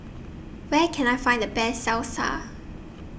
Where Can I Find The Best Salsa